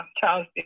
Charles